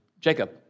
Jacob